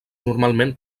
normalment